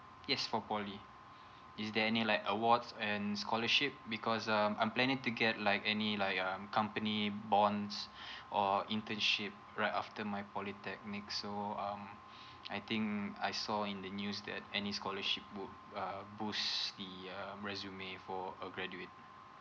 yes for poly is there any like awards and scholarship because um I'm planning to get like any like um company bonds or internship right after my polytechnic so um I think I saw in the news that any scholarship would uh boost the uh resume for a graduate